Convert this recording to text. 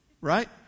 right